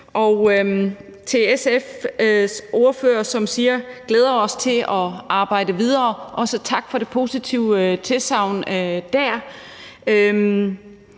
og til SF's ordfører, som siger, at man glæder sig til at arbejde videre, også tak for det positive tilsagn der.